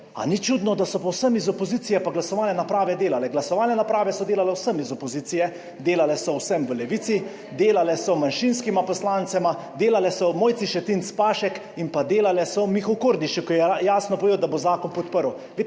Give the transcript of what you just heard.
Ali ni čudno, da so vsem iz opozicije pa glasovalne naprave delale? Glasovalne naprave so delale vsem iz opozicije, delale so vsem v Levici, delale so manjšinskima poslancema, delale so Mojci Šetinc Pašek in delale so Mihu Kordišu, ki je jasno povedal, da bo zakon podprl.